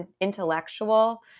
intellectual